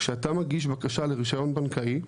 כשאתה מגיש בקשה לרישיון בנקאי,